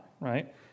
right